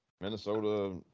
Minnesota